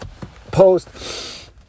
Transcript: post